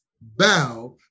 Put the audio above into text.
bow